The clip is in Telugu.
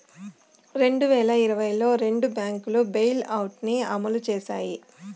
రెండు వేల ఇరవైలో రెండు బ్యాంకులు బెయిలౌట్ ని అమలు చేశాయి